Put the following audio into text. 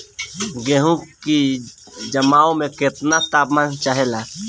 गेहू की जमाव में केतना तापमान चाहेला?